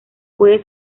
puede